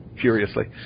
furiously